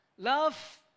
Love